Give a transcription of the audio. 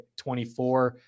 24